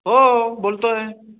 हो बोलतो आहे